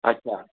अच्छा